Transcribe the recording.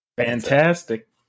fantastic